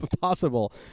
possible